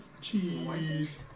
Cheese